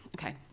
Okay